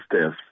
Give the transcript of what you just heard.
steps